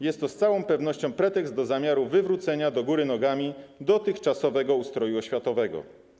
Jest to z całą pewnością pretekst do wywrócenia do góry nogami dotychczasowego ustroju oświatowego.